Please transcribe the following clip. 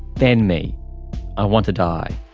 then me i want to die.